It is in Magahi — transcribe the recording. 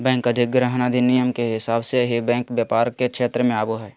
बैंक अधिग्रहण अधिनियम के हिसाब से ही बैंक व्यापार के क्षेत्र मे आवो हय